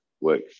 work